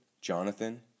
Jonathan